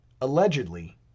Allegedly